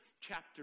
chapter